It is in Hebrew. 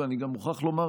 ואני גם מוכרח לומר,